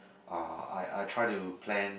uh I I try to plan